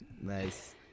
Nice